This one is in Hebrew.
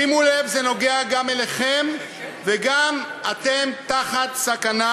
שימו לב, זה נוגע גם אליכם וגם אתם תחת סכנה,